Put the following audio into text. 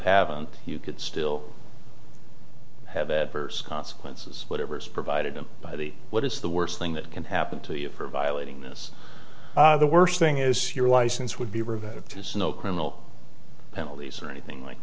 haven't you could still have adverse consequences whatever's provided by the what is the worst thing that can happen to you for violating this the worse thing is your license would be revoked it's no criminal penalties or anything like